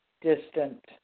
Distant